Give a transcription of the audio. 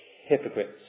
hypocrites